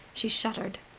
she shuddered.